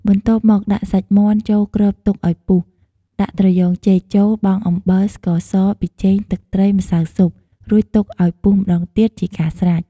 បន្ទាប់មក ដាក់សាច់មាន់ ចូលគ្របទុកអោយពុះ ដាក់ត្រយូងចេកចូល បង់អំបិល ស្ករស ប៊ីចេង ទឹកត្រី ម្សៅស៊ុប រួចទុកអោយពុះម្ដងទៀតជាការស្រេច។